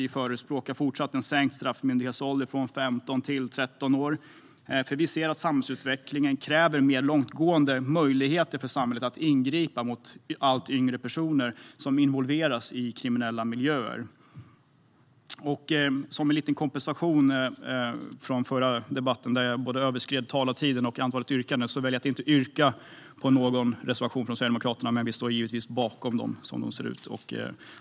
Vi förespråkar fortfarande en sänkt straffmyndighetsålder från 15 till 13 år, för vi ser att samhällsutvecklingen kräver mer långtgående möjligheter för samhället att ingripa mot allt yngre personer som involveras i kriminella miljöer. Som en liten kompensation för den förra debatten, där jag överskred både talartiden och antalet yrkanden, väljer jag att inte yrka bifall till någon av reservationerna från Sverigedemokraterna, men vi står givetvis bakom dem.